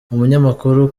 umunyamakuru